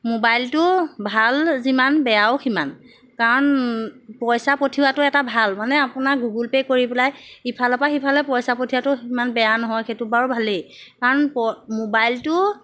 মোবাইলটো ভাল যিমান বেয়াও সিমান কাৰণ পইচা পঠিওৱাটো এটা ভাল মানে আপোনাৰ গুগল পে' কৰি পেলাই ইফালৰ পৰা সিফালে পইচা পঠিয়াতো সিমান বেয়া নহয় সেইটো বাৰু ভালেই কাৰণ প মোবাইলটো